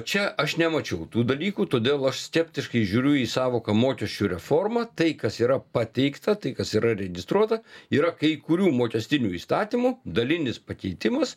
čia aš nemačiau tų dalykų todėl aš skeptiškai žiūriu į sąvoka mokesčių reforma tai kas yra pateikta tai kas yra registruota yra kai kurių mokestinių įstatymų dalinis pakeitimus